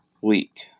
week